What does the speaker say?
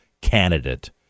candidate